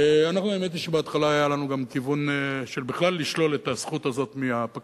האמת היא שבהתחלה היה לנו גם כיוון של בכלל לשלול את הזכות מהפקחים